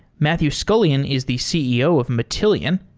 matthew scullion is the ceo of matillion,